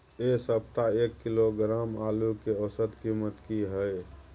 ऐ सप्ताह एक किलोग्राम आलू के औसत कीमत कि हय?